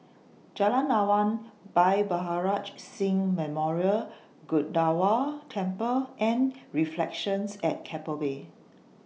Jalan Awan Bhai Maharaj Singh Memorial Gurdwara Temple and Reflections At Keppel Bay